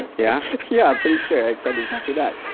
yeah? yeah, pretty sure i said exactly that.